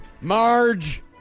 Marge